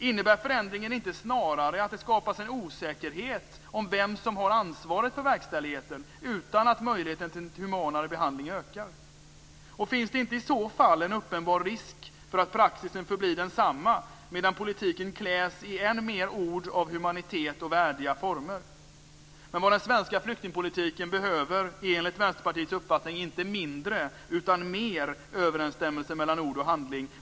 Innebär förändringen inte snarare att det skapas en osäkerhet om vem som har ansvaret för verkställigheten utan att möjligheten till en humanare behandling ökar? Och finns det inte i så fall en uppenbar risk för att praxisen förblir densamma, medan politiken kläs i än mer ord av humanitet och värdiga former? Men vad den svenska flyktingpolitiken behöver är, enligt Vänsterpartiets uppfattning, inte mindre utan mer överensstämmelse mellan ord och handling.